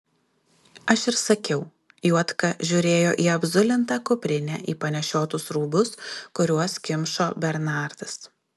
aš ir sakiau juodka žiūrėjo į apzulintą kuprinę į panešiotus rūbus kuriuos kimšo bernardas